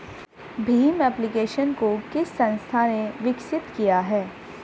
Bhim application को किस संस्था ने विकसित किया है?